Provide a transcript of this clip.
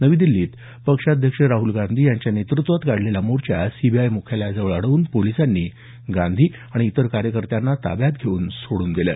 नवी दिल्लीत पक्षाध्यक्ष राहल गांधी यांच्या नेतृत्वात काढलेला मोर्चा सीबीआय म्ख्यालयाजवळ अडवून पोलिसांनी गांधी आणि इतर कार्यकर्त्यांना ताब्यात घेऊन सोडून दिलं